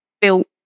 built